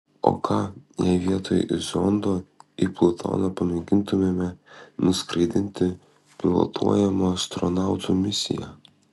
o ką jei vietoj zondo į plutoną pamėgintumėme nuskraidinti pilotuojamą astronautų misiją